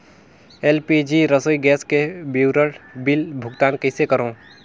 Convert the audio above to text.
LPG रसोई gas के विवरण बिल भुगतान कइसे करों?